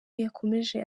yakomeje